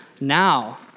now